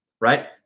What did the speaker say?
right